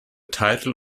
title